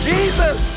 Jesus